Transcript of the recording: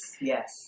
yes